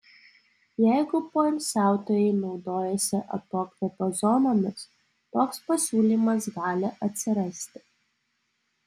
jeigu poilsiautojai naudojasi atokvėpio zonomis toks pasiūlymas gali atsirasti